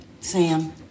Sam